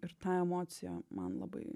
ir ta emocija man labai